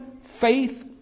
faith